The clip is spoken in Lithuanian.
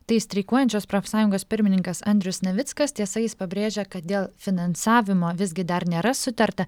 tai streikuojančios profsąjungos pirmininkas andrius navickas tiesa jis pabrėžia kad dėl finansavimo visgi dar nėra sutarta